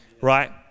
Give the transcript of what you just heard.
right